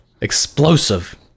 explosive